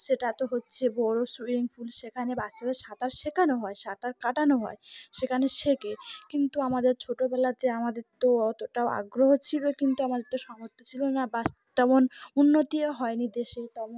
সেটা তো হচ্ছে বড়ো সুইমিং পুল সেখানে বাচ্চাদের সাঁতার শেখানো হয় সাঁতার কাটানো হয় সেখানে শেখা কিন্তু আমাদের ছোটোবেলাতে আমাদের তো অতটাও আগ্রহ ছিল কিন্তু আমাদের তো সামর্থ্য ছিল না বা তেমন উন্নতিও হয়নি দেশে তমন